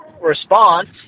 response